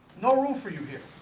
no room for you here.